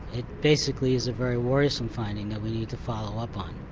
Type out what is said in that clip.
it basically is a very worrisome finding that we need to follow up on.